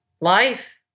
life